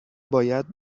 باید